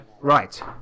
right